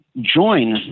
join